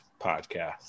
podcast